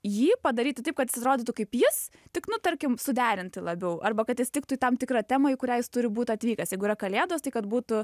jį padaryti taip kad jis atrodytų kaip jis tik nu tarkim suderinti labiau arba kad jis tiktų į tam tikrą temą į kurią jis turi būt atvykęs jeigu yra kalėdos tai kad būtų